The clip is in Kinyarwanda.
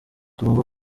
tugomba